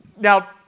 Now